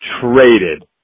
traded